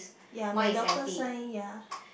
ya my doctor sign ya